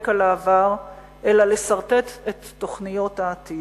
על העבר אלא לסרטט את תוכניות העתיד.